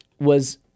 was-